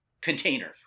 container